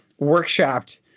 workshopped